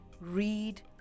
read